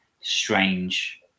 strange